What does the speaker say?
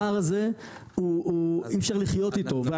הפער הזה הוא אי אפשר לחיות איתו,